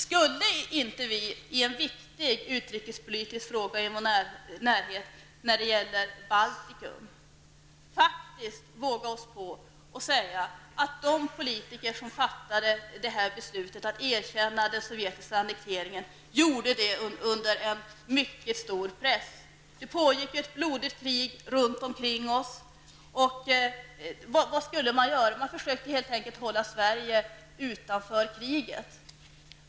Skulle inte vi när det gäller en viktig utrikespolitisk fråga i vår närhet -- Baltikum -- faktiskt våga oss på att säga att de politiker som fattade beslutet att erkänna den sovjetiska annekteringen gjorde det under en mycket stor press? Det pågick ett blodigt krig runt omkring oss. Vad skulle man göra? Man försökte helt enkelt hålla Sverige utanför kriget.